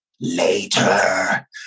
later